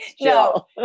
No